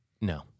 No